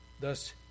Thus